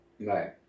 Right